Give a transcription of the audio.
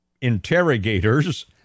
Interrogators